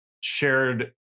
shared